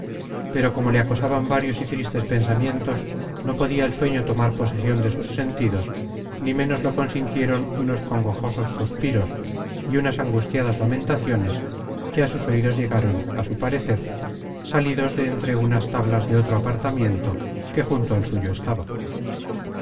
pero como le acosaban varios y tristes pensamientos no podia el sueño tomar posesion de sus sentidos ni ménos lo consintieron unos congojosos suspiros y unas angustiadas lamentaciones que á sus oidos llegaron á su parecer salidos de entre unas tablas de otro apartamiento que junto al suyo estaba